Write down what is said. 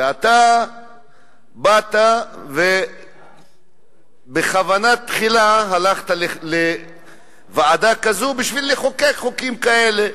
ואתה באת ובכוונה תחילה הלכת לוועדה כזו בשביל לחוקק חוקים כאלה.